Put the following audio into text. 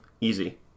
Easy